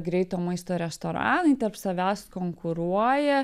greito maisto restoranai tarp savęs konkuruoja